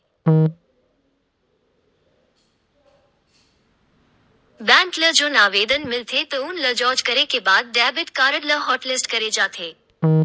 bank ल जउन आवेदन मिलथे तउन ल जॉच करे के बाद डेबिट कारड ल हॉटलिस्ट करे जाथे